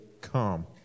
come